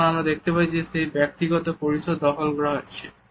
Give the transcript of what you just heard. তখন আমরা দেখতে পাই যে ব্যক্তিগত পরিসর দখল করা হয়েছে